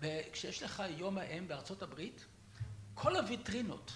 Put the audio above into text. וכשיש לך יום האם בארה״ב כל הוויטרינות..